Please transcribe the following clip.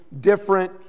different